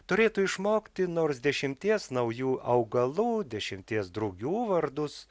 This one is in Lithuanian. turėtų išmokti nors dešimties naujų augalų dešimties drugių vardus